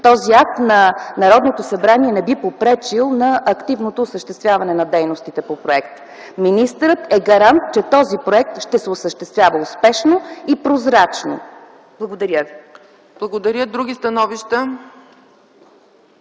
този акт на Народното събрание не би попречил на активното осъществяване на дейностите по проекта. Министърът е гарант, че този проект ще се осъществява успешно и прозрачно. Благодаря ви. ПРЕДСЕДАТЕЛ ЦЕЦКА